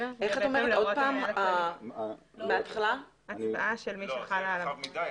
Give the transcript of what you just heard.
זה רחב מדי.